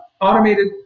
automated